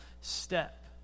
step